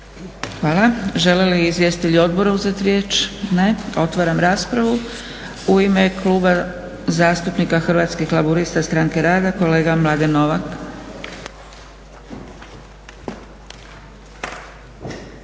Hvala. Žele li izvjestitelji odbora uzeti riječ? Ne. Otvaram raspravu. U ime Kluba zastupnika Hrvatskih laburista i Stranke rada, kolega Mladen Novak.